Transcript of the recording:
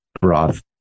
broth